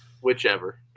whichever